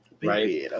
right